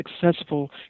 successful